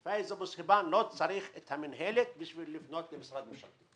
שלא צריך את המינהלת כדי לפנות למשרד ממשלתי.